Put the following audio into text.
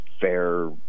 fair